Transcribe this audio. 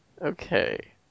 Okay